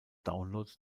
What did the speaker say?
download